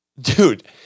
Dude